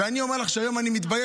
ואני אומר לך שהיום אני מתבייש.